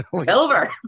Silver